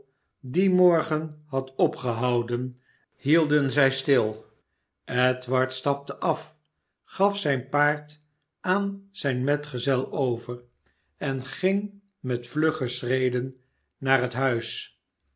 dien morgen had opgehouden hielden zij stil edward stapte af gaf zijn paard aan zijn metgezel over en ging met vlugge schreden naar het huis